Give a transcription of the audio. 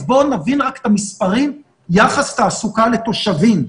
אז בואו נבין רק את המספרים יחס תעסוקה לתושבים.